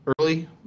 early